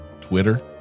Twitter